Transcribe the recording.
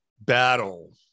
battle